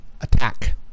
attack